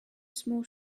small